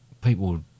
people